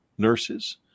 nurses